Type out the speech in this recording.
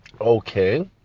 okay